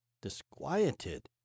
disquieted